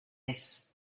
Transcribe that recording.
més